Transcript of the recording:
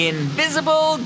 Invisible